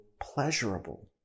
pleasurable